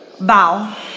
Bow